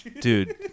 dude